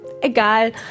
egal